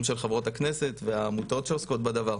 של חברות הכנסת והעמותות שעוסקות בדבר.